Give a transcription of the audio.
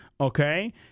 okay